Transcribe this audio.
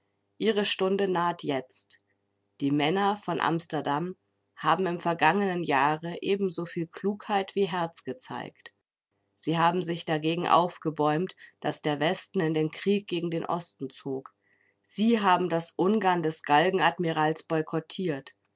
ihre stunde naht jetzt die männer von amsterdam haben im vergangenen jahre ebensoviel klugheit wie herz gezeigt sie haben sich dagegen aufgebäumt daß der westen in den krieg gegen den osten zog sie haben das ungarn des galgenadmirals boykottiert